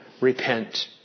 repent